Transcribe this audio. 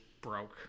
broke